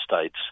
States